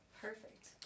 Perfect